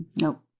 Nope